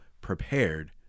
prepared